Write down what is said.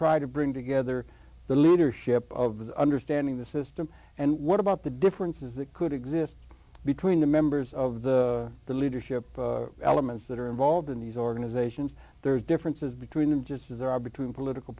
try to bring together the leadership of the understanding the system and what about the differences that could exist between the members of the the leadership elements that are involved in these organizations there's differences between them just as there are between political